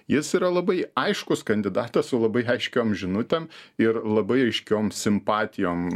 jis yra labai aiškus kandidatas su labai aiškiom žinutėm ir labai aiškiom simpatijom nuo